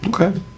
Okay